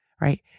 right